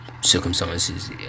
Circumstances